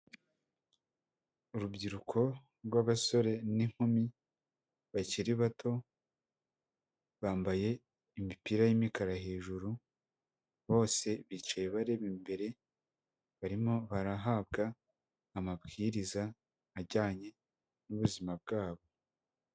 Urubyiruko rw'abasore n'inkumi bakiri bato, bambaye imipira y'imikara hejuru, bose bicaye bareba imbere, barimo barahabwa amabwiriza ajyanye n'ubuzima bwabo.